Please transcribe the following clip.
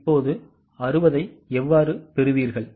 இப்போது 60 ஐ எவ்வாறு பெறுவீர்கள்